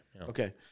Okay